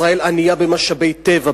ישראל ענייה במשאבי טבע,